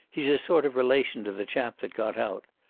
he's a sort of relation to the chap that got out.